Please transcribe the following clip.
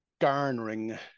garnering